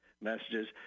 messages